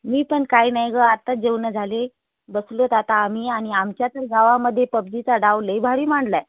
मी पण काय नाही गं आताच जेवणं झाले बसलोत आता आम्ही आणि आमच्या तर गावामध्ये पबजीचा डाव लई भारी मांडला आहे